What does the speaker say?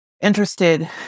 interested